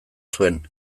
zuen